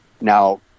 Now